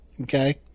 okay